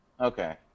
Okay